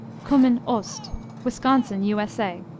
kummin ost wisconsin, u s a.